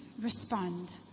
respond